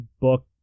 book